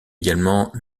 également